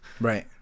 Right